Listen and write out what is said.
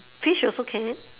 fish also can